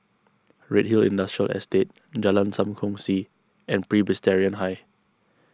Redhill Industrial Estate Jalan Sam Kongsi and Presbyterian High